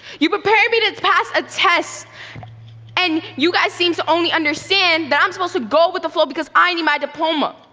you prepare me to pass a test and you guys seem to only understand that i'm supposed to go with the flow because i need my diploma.